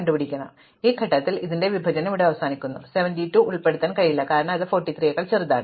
അതിനാൽ ഈ ഘട്ടത്തിൽ എന്റെ വിഭജനം ഇവിടെ അവസാനിക്കുന്നു 72 ഉൾപ്പെടുത്താൻ കഴിയില്ല കാരണം ഇത് 43 നെക്കാൾ വലുതാണ്